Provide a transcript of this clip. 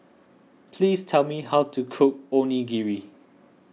please tell me how to cook Onigiri